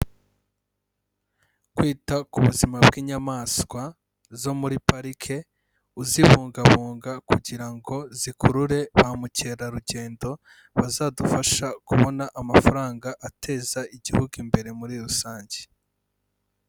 Kwita ku buzima bw'inyamaswa zo muri parike uzibungabunga, kugira ngo zikurure ba mukerarugendo bazadufasha kubona amafaranga ateza igihugu imbere muri rusange.